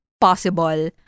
possible